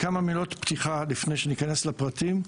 כמה מילות פתיחה לפני שניכנס לפרטים.